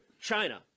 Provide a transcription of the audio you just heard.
China